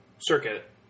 circuit